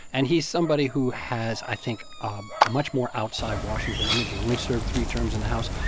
and he is somebody who has, i think, a much more outside-washington image. he only served three terms in the house.